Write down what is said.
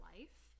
Life